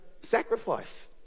sacrifice